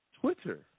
Twitter